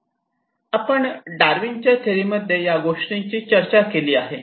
आपण डार्विनच्या थेअरी मध्ये या गोष्टींची चर्चा केली आहे